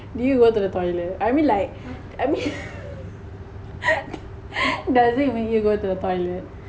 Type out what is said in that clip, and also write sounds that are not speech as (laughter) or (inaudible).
do you go to the toilet I mean like I mean (laughs) does it make you go to the toilet